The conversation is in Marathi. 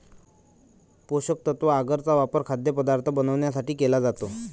पोषकतत्व आगर चा वापर खाद्यपदार्थ बनवण्यासाठी केला जातो